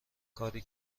کاری